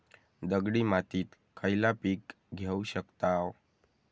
दगडी मातीत खयला पीक घेव शकताव?